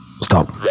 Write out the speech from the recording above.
Stop